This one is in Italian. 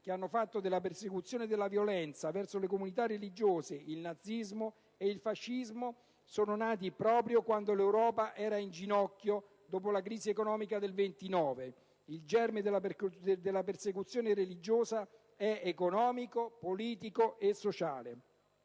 caratterizzati per la persecuzione e la violenza verso le comunità religiose - il Nazismo e il Fascismo - siano nati proprio quando l'Europa era in ginocchio dopo la crisi economica del 1929. Il germe della persecuzione religiosa è economico, politico e sociale.